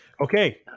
Okay